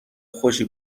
خوشی